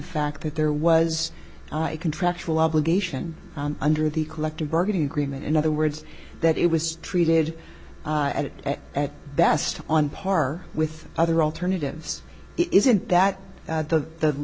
fact that there was a contractual obligation under the collective bargaining agreement in other words that it was treated at at best on par with other alternatives isn't that the